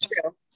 true